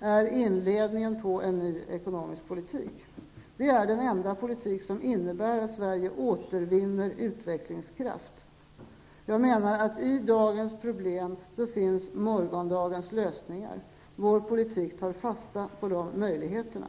är inledningen till en ny ekonomisk politik. Det är den enda politik som innebär att Sverige återvinner utvecklingskraft. Jag menar att i dagens problem finns morgondagens lösningar. Vår politik tar fasta på de möjligheterna.